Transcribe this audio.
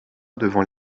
devant